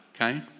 Okay